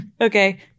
Okay